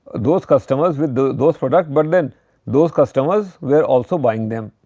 those customers with those product, but then those customers were also buying them.